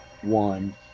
one